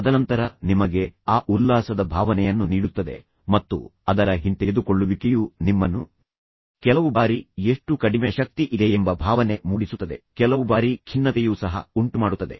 ತದನಂತರ ನಿಮಗೆ ಆ ಉಲ್ಲಾಸದ ಭಾವನೆಯನ್ನು ನೀಡುತ್ತದೆ ಮತ್ತು ಅದರ ಹಿಂತೆಗೆದುಕೊಳ್ಳುವಿಕೆಯು ನಿಮ್ಮನ್ನು ಕೆಲವು ಬಾರಿ ಎಷ್ಟು ಕಡಿಮೆ ಶಕ್ತಿ ಇದೆ ಎಂಬ ಭಾವನೆ ಮೂಡಿಸುತ್ತದೆ ಕೆಲವು ಬಾರಿ ಖಿನ್ನತೆಯೂ ಸಹ ಉಂಟುಮಾಡುತ್ತದೆ